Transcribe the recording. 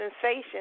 sensation